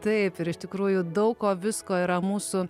taip ir iš tikrųjų daug ko visko yra mūsų